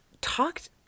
talked